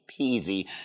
peasy